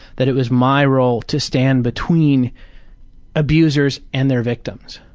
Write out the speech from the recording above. that it was my role to stand between abusers and their victims.